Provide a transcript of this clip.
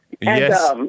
Yes